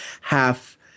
half